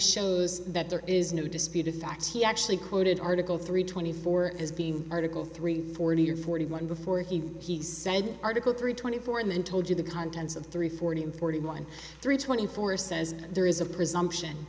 shows that there is no disputing the facts he actually quoted article three twenty four is being article three forty or forty one before he he said article three twenty four and then told you the contents of three forty and forty one through twenty four says there is a presumption